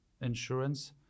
insurance